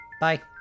bye